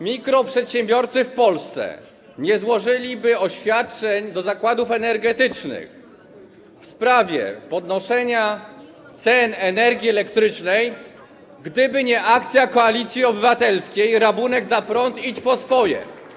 Mikroprzedsiębiorcy w Polsce nie złożyliby do zakładów energetycznych oświadczeń w sprawie podnoszenia cen energii elektrycznej, gdyby nie akcja Koalicji Obywatelskiej: Rabunek za prąd, idź po swoje.